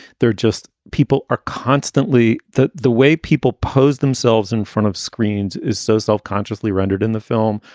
they're just people are constantly the the way people pose themselves in front of screens is so self-consciously rendered in the film,